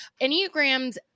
Enneagrams